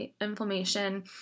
inflammation